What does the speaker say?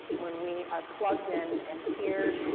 when we are plugged in, and here,